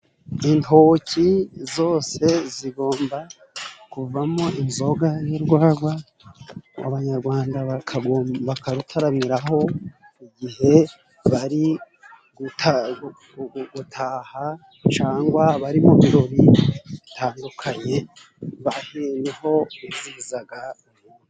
Intoki zose zigomba kuvamo inzoga y'urwagwa. Abanyarwanda bakarutaramiraho igihe bari gutaha cangwa bari mu birori bitandukanye baheyeho izizaga.